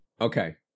Okay